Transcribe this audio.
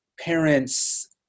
parents